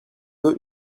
eux